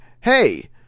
hey